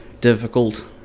difficult